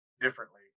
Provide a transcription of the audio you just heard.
differently